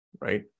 right